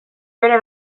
bere